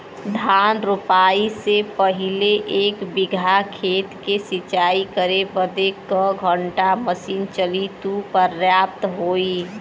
धान रोपाई से पहिले एक बिघा खेत के सिंचाई करे बदे क घंटा मशीन चली तू पर्याप्त होई?